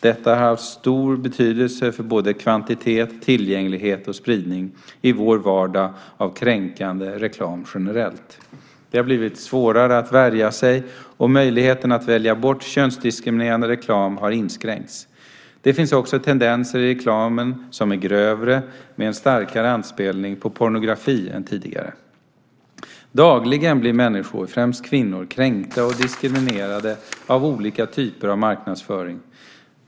Detta har haft betydelse för både kvantitet, tillgänglighet och spridning i vår vardag av kränkande reklam generellt. Det har blivit svårare att värja sig och möjligheten att "välja bort" könsdiskriminerande reklam har inskränkts. Det finns också tendenser i reklamen som är grövre, med en starkare anspelning på pornografi, än tidigare. Dagligen blir människor, främst kvinnor, kränkta och diskriminerade av olika typer av marknadsföring.